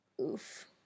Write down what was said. oof